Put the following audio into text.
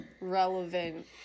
relevant